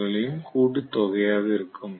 F களின் கூட்டுத்தொகையாக இருக்கும்